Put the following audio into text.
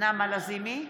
נעמה לזימי,